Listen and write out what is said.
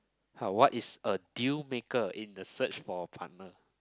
ha what is a deal maker in the search for a partner